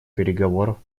переговоров